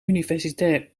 universitair